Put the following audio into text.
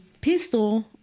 pistol